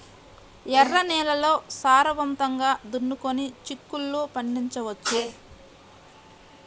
ఎర్ర నేలల్లో సారవంతంగా దున్నుకొని చిక్కుళ్ళు పండించవచ్చు